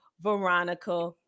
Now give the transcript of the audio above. veronica